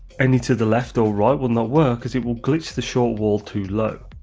any to the left or right will not work as it will glitch the short wall too low.